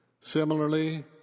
Similarly